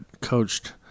coached